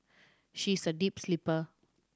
she is a deep sleeper